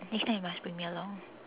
next time you must bring me along